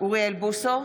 אוריאל בוסו,